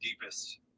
deepest